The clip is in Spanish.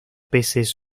peces